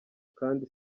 kandi